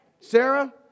Sarah